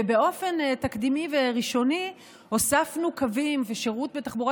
ובאופן תקדימי וראשוני הוספנו קווים ושירות בתחבורה